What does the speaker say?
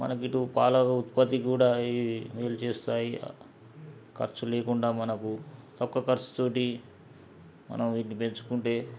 మనకి ఇటు పాల ఉత్పత్తి కూడా ఇవి మేలు చేస్తాయి ఖర్చు లేకుండా మనకు తక్కువ ఖర్చుతో మనం వీటిని పెంచుకుంటే